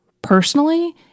personally